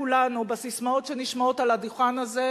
כולנו בססמאות שנשמעות על הדוכן הזה,